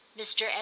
Mr